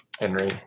Henry